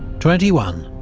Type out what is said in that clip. twenty one.